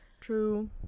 True